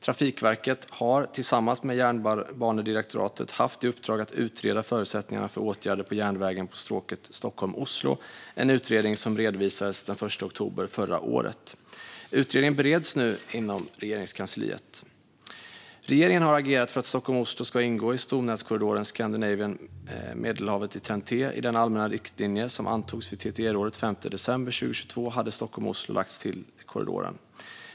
Trafikverket har, tillsammans med Jernbanedirektoratet, haft i uppdrag att utreda förutsättningarna för åtgärder på järnvägen på stråket Stockholm-Oslo. Den utredningen redovisades den 1 oktober förra året och bereds nu inom Regeringskansliet. Regeringen har agerat för att Stockholm-Oslo ska ingå i stomnätskorridoren Skandinavien-Medelhavet i TEN-T. I den allmänna riktlinje som antogs vid TTE-rådet den 5 december 2022 hade Stockholm-Oslo lagts till korridoren.